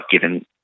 given